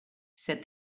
said